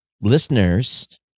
listeners